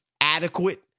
adequate